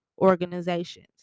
organizations